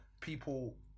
people